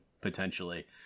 potentially